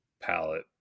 palette